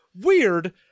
weird